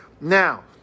Now